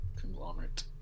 conglomerate